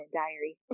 diary